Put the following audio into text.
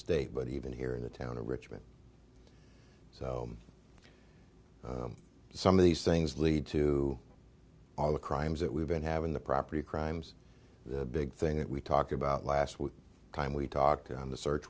state but even here in the town of richmond so some of these things lead to all the crimes that we've been having the property crimes the big thing that we talked about last week time we talked on the search